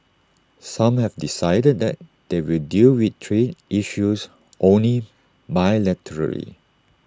some have decided that they will deal with trade issues only bilaterally